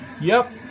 Yep